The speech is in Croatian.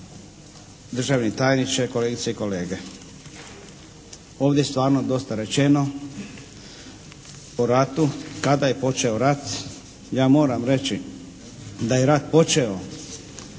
državni tajniče, kolegice i kolege. Ovdje je stvarno dosta rečeno o ratu kada je počeo rat. Ja moram reći da je rat počeo